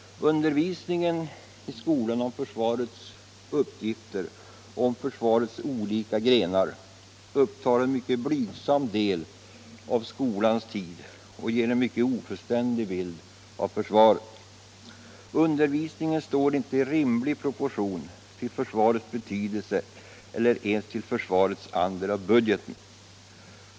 Undervisningen i skolorna om försvarets uppgifter och om försvarets olika grenar upptar en mycket blygsam del av skolans tid och ger en mycket ofullständig bild av försvaret. Undervisningen står inte i rimlig proportion till försvarets betydelse eller ens till försvarets andel av budgeten.